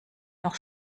noch